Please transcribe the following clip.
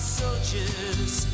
soldiers